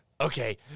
Okay